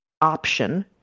option